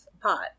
pot